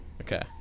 Okay